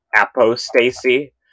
apostasy